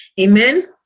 Amen